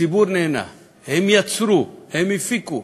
הציבור נהנה, הם יצרו, הם הפיקו.